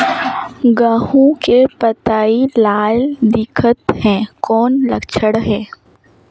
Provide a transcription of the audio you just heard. गहूं के पतई लाल दिखत हे कौन लक्षण हे?